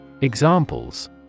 Examples